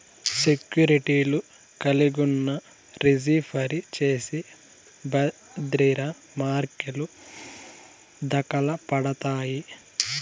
సెక్యూర్టీలు కలిగున్నా, రిజీ ఫరీ చేసి బద్రిర హర్కెలు దకలుపడతాయి